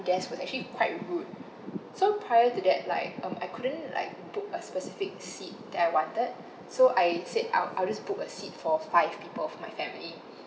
desk was actually quite rude so prior to that like um I couldn't like book a specific seat that I wanted so I said I'll I'll just book a seat for five people for my family